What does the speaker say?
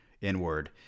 inward